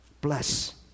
bless